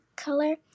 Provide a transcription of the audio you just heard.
color